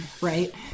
right